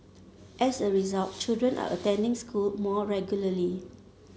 as a result children are attending school more regularly